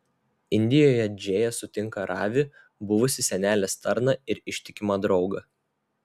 indijoje džėja sutinka ravį buvusį senelės tarną ir ištikimą draugą